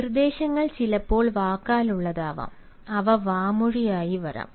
നിർദ്ദേശങ്ങൾ ചിലപ്പോൾ വാക്കാലുള്ളതാകാം അവ വാമൊഴിയായി വരാം